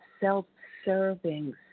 self-serving